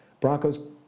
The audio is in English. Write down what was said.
Broncos